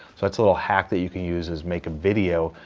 so that's a little hack that you can use is make a video,